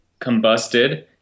combusted